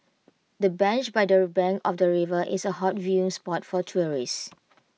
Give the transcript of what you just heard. the bench by their bank of the river is A hot viewing spot for tourists